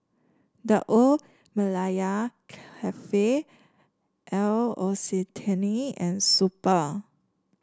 The Old Malaya Cafe L'Occitane and Super